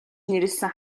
нэрлэсэн